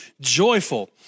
joyful